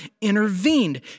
intervened